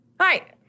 hi